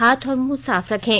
हाथ और मुंह साफ रखें